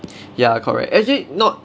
ya correct actually not